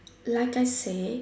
like I say